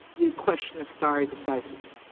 the question of stare decisis,